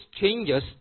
changes